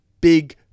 big